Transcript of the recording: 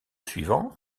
suivant